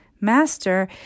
Master